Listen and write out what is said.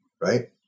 right